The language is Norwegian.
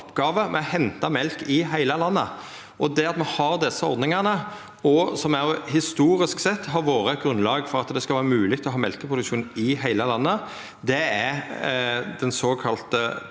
oppgåve med å henta mjølk i heile landet. Det at me har desse ordningane, har historisk sett vore eit grunnlag for at det skal vera mogleg å ha mjølkeproduksjon i heile landet. Det er den såkalla